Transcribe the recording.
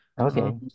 okay